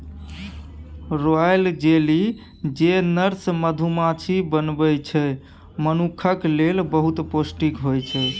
royal jelly जे nurse मधुमाछी बनबै छै मनुखक लेल बहुत पौष्टिक होइ छै